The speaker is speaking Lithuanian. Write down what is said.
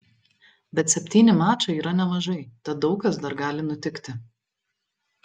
bet septyni mačai yra nemažai tad daug kas dar gali nutikti